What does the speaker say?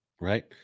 Right